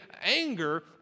anger